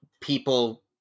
people